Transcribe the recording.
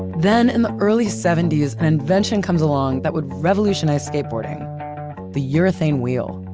then, in the early seventy s, an invention comes along that would revolutionize skateboarding the urethane wheel.